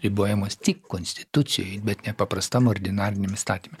ribojamos tik konstitucijoj bet nepaprastam ordinariniam įstatyme